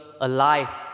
alive